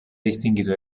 distinguido